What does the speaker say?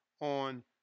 on